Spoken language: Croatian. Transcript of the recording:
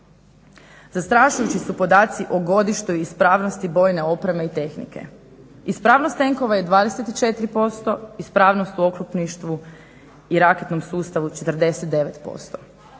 Zastrašujući su podaci o godištu i ispravnosti bojen opreme i tehnike. Ispravnost tenkova je 24%, ispravnost u oklopništvu i raketnom sustavu 49%